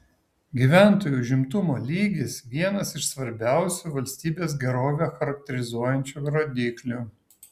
gyventojų užimtumo lygis vienas iš svarbiausių valstybės gerovę charakterizuojančių rodiklių